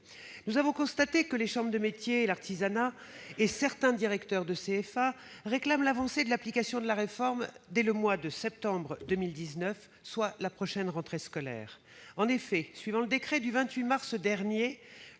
Nous avons constaté que les chambres de métiers et de l'artisanat et certains directeurs de CFA réclament l'application de la réforme dès le mois de septembre 2019, soit à la prochaine rentrée scolaire. En effet, conformément au décret du 28 mars dernier,